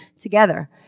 together